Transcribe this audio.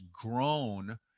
grown